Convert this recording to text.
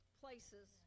places